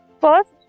First